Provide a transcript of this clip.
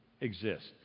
exist